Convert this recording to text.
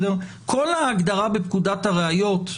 כל הגדרה בפקודת הראיות,